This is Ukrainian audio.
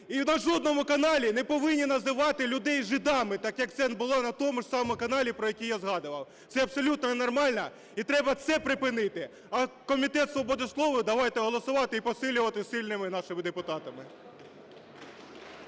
і на жодному каналі не повинні називати людей жидами, так, як це було на тому ж самому каналі, про який я згадував. Це абсолютно ненормально, і треба це припинити. А Комітет свободи слово давайте голосувати і посилювати сильними нашими депутатами.